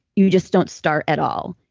you just don't start at all.